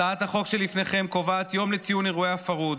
הצעת החוק שלפניכם קובעת יום לציון אירועי הפרהוד.